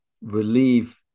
relieve